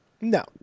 No